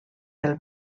del